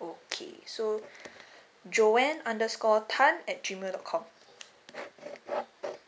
okay so joanne underscore tan at G mail dot com